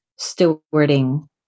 stewarding